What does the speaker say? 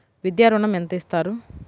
విద్యా ఋణం ఎంత ఇస్తారు?